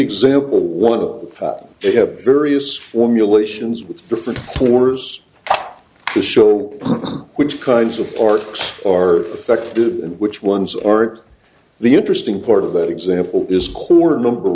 example one of they have various formulations with different corners to show which kinds of parts are affected and which ones aren't the interesting part of that example is core number